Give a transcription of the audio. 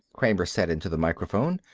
kramer said into the microphone.